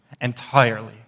entirely